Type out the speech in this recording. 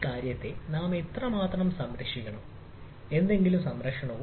ഈ കാര്യത്തെ നാം എത്രമാത്രം സംരക്ഷിക്കണം എന്തെങ്കിലും സംരക്ഷിക്കണം